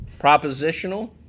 propositional